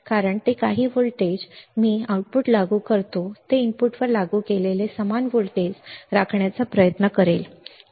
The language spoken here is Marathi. कारण जे काही व्होल्टेज मी आउटपुट लागू करतो ते इनपुटवर लागू केलेले समान व्होल्टेज राखण्याचा प्रयत्न करेल